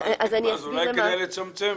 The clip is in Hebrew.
אולי כדאי לצמצם.